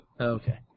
Okay